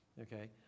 okay